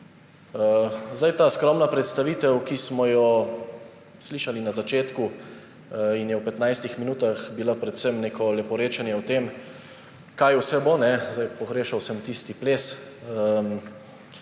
Ta skromna predstavitev, ki smo jo slišali na začetku in je v 15 minutah bila predvsem neko leporečenje o tem, kaj vse bo; pogrešal sem tisti ples,